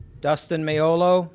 dustin maiolo